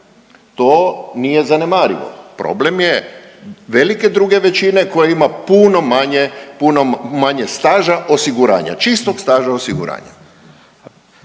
To nije zanemarivo problem je velike druge većine koja ima puno manje, puno manje staža osiguranja, čistog staža osiguranja.